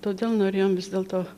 todėl norėjom vis dėlto